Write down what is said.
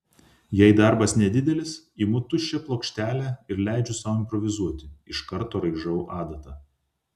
jei darbas nedidelis imu tuščią plokštelę ir leidžiu sau improvizuoti iš karto raižau adata